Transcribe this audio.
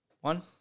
one